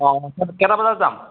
অঁ কেইটা বজাত যাম